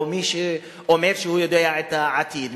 או מי שאומר שהוא יודע את העתיד,